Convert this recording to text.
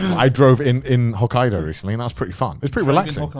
i drove in in hokkaido recently and that's pretty fun. it's pretty relaxing.